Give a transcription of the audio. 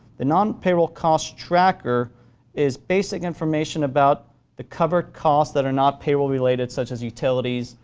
the non payroll costs tracker is basic information about the cover costs that are not payroll related, such as utilities,